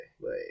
wait